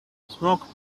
smoke